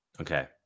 Okay